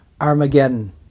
Armageddon